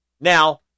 Now